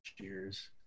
Cheers